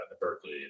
berkeley